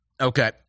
okay